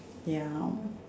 ya